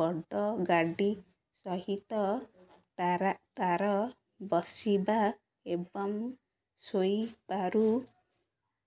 ବଡ଼ ଗାଡ଼ି ସହିତ ତାରା ତାର ବସିବା ଏବଂ ଶୋଇବାରୁ